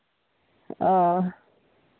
ᱚ